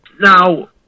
Now